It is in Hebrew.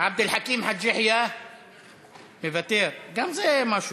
עבד אל חכים חאג' יחיא, מוותר, גם זה משהו,